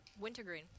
Wintergreen